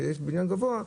כשיש בניין גבוה,